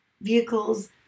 vehicles